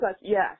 Yes